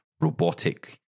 robotic